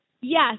Yes